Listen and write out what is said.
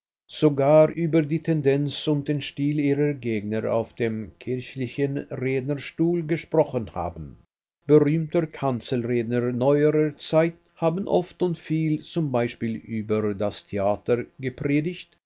sogar über die tendenz und den stil ihrer gegner auf dem kirchlichen rednerstuhl gesprochen haben berühmte kanzelredner neuerer zeit haben oft und viel zum beispiel über das theater gepredigt